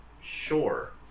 Sure